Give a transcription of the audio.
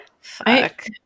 fuck